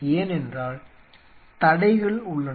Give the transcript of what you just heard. ஏனென்றால் தடைகள் உள்ளன